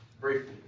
Briefly